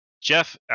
Jeff